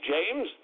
James